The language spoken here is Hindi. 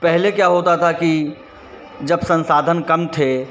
पहले क्या होता था कि जब संसाधन कम थे